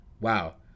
wow